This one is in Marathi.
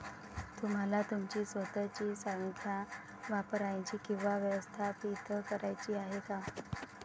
तुम्हाला तुमची स्वतःची संख्या वापरायची किंवा व्यवस्थापित करायची आहे का?